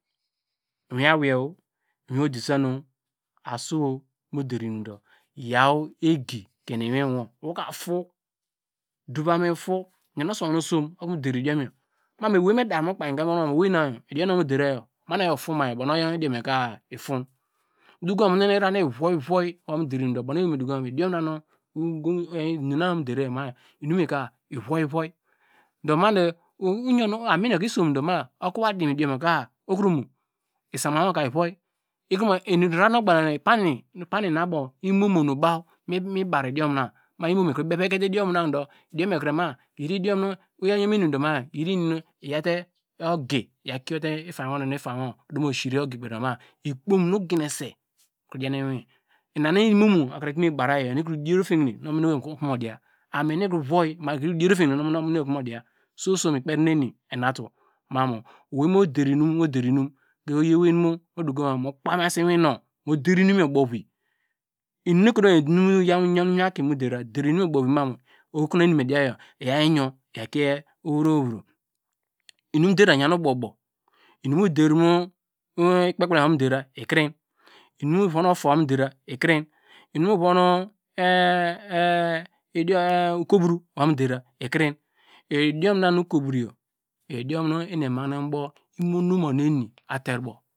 Iwin aweiyor iwin odesan nu asi no mu der inum do yor egi kiene iwin wu woka to doi amin to yonu ne osama nu osom okono mu der idom yor midu ewei me der mu okpei ka emon wo duo owei na yor idiom na nu mu derayor ma nu ofoma yor yor ubonu idiom yor ka itori udokoma mu mu yor nu ne araria nu ivowo ovan mu der inum du me dokoma mu inum na mu derayor ka iroyi voyi duma du amin yor ka isiom do okova dima idiom yor ka inumi imomor ukro bevei ke te idiom ma du idiom oyaw yon me nu dow iyite inum nu iyute odi iyakie te ifainy wor ifany wor dumo sire odi kpei ikpom nu oginese idiande mu iwini ina nu imomor mi barayor inun ikro der ofiye hine nu ominowei okro mu diya amin nu kro vor ikor der oteihine nu ominowei soso mi kperi nu emi enatu ma mu oum oyi owei mu kpen mase iwinor mu der inum yor ubow vi inum nu ekotom iyon mu iwin akimu dera der inu iwin akimu dera der inu yor ubovi ma mu okonu eni me diya yor iyaw kie owei vro yor iyaw kie owell vro weivro mum dera iyan ubow ubow inum nu ovon ikpekpelem ovan mu dera ikrini inum na ovon usuo va mi dera ikrin ikobro ovamu dera ikrin idiom na nu em ema ahine mu ubow onumonem ateribo.